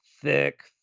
thick